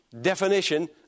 definition